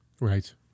Right